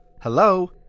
Hello